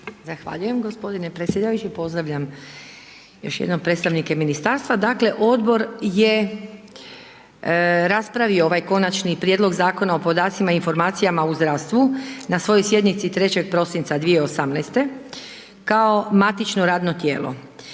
Zahvaljujem g. predsjedajući, pozdravljam još jednom predstavnike ministarstva. Dakle odbor je raspravio ovaj Konačni prijedlog Zakona o podacima i informacijama u zdravstvu na svojoj sjednici 3. prosinca 2018. kao matično radno tijelo.